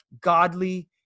godly